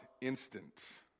instant